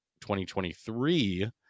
2023